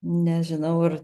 nežinau ar